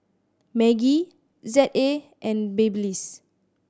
Maggi Z A and Babyliss